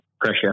pressure